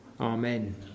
amen